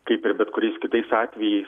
kaip ir bet kuriais kitais atvejais